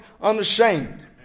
unashamed